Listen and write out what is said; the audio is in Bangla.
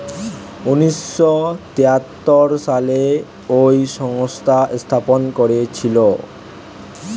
উনিশ শ তেয়াত্তর সালে এই সংস্থা স্থাপন করেছিল